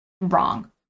wrong